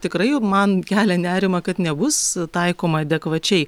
tikrai man kelia nerimą kad nebus taikoma adekvačiai